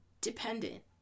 dependent